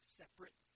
separate